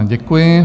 Děkuji.